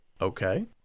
Okay